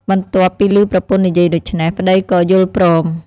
បន្ទាប់ពីឮប្រពន្ធនិយាយដូច្នេះ ប្តីក៏យល់ព្រម។